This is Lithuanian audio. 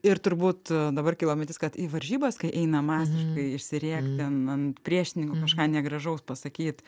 ir turbūt a dabar kilo mintis kad į varžybas kai eina masiškai išsirėkti ten ant priešininkų kažką negražaus pasakyt